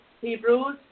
Hebrews